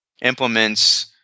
implements